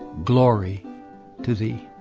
glory to thee.